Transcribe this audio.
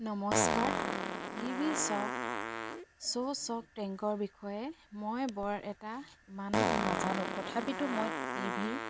নমস্কাৰ টি বিষয়ে মই বৰ এটা ইমান নাজানো তথাপিতো মই টি ভিৰ